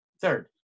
Third